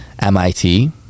mit